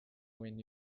when